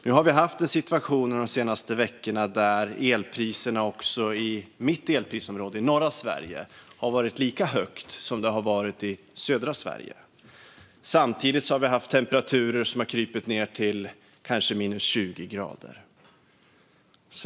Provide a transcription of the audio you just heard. Nu har vi dessutom haft en situation de senaste veckorna där elpriserna också i mitt elprisområde, alltså i norra Sverige, har varit lika höga som i södra Sverige. Samtidigt har vi haft temperaturer som har krupit ned till kanske minus 20 grader.